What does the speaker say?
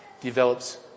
develops